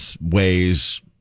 ways